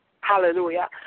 Hallelujah